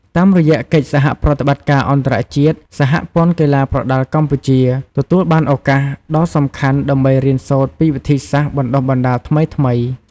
តាមរយៈកិច្ចសហប្រតិបត្តិការអន្តរជាតិ សហព័ន្ធកីឡាប្រដាល់កម្ពុជា ទទួលបានឱកាសដ៏សំខាន់ដើម្បីរៀនសូត្រពីវិធីសាស្ត្របណ្តុះបណ្តាលថ្មីៗ។